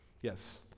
Yes